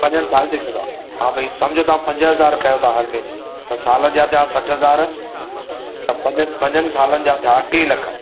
पंजनि साल जो थींदो आहे हा भई समुझ तव्हां पंज हज़ार कयो था हर महीने त साल जा थी विया सठि हज़ार त पंजनि पंजनि सालनि जा थी विया टे लख